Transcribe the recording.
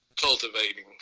cultivating